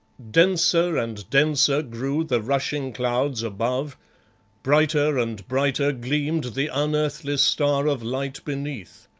denser and denser grew the rushing clouds above brighter and brighter gleamed the unearthly star of light beneath.